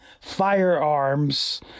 firearms